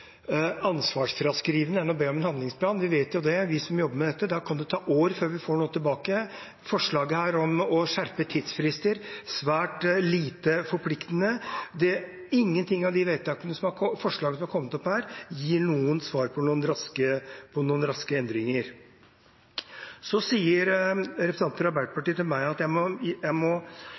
ansvarsfraskrivende enn å be om en handlingsplan. Vi vet jo det, vi som jobber med dette, at da kan det ta år før vi får noe tilbake. Forslaget til vedtak, om å skjerpe tidsfrister, er svært lite forpliktende. Ingen av de forslagene som har kommet opp her, gir noen svar på noen raske endringer. Så sier representanten fra Arbeiderpartiet til meg at jeg må «gjenkjenne en politisk medspiller» når jeg